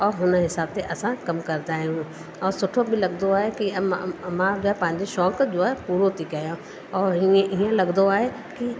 और हुन हिसाब ते असां कम करंदा आहियूं और सुठो बि लॻंदो आहे कि मां मां अगरि पंहिंजे शौक़ु जो आहे पूरो थी कयां और हीअं हीअं लॻंदो आहे कि